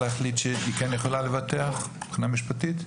יש סמכות להחליט שהיא יכולה לבטח מבחינה משפטית?